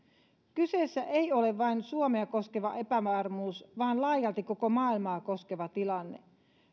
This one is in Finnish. kyseessä ei ole vain suomea koskeva epävarmuus vaan laajalti koko maailmaa koskeva tilanne